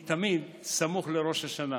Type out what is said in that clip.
היא תמיד סמוך לראש השנה.